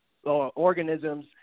Organisms